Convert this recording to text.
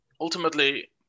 ultimately